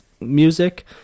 music